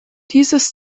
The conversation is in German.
dieses